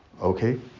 Okay